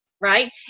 Right